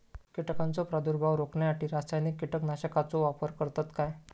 कीटकांचो प्रादुर्भाव रोखण्यासाठी रासायनिक कीटकनाशकाचो वापर करतत काय?